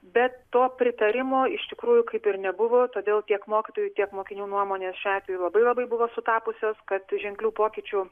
bet to pritarimo iš tikrųjų kaip ir nebuvo todėl tiek mokytojų tiek mokinių nuomonės šiuo atveju labai labai buvo sutapusios kad ženklių pokyčių